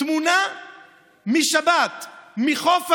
תמונה משבת מחוף הים,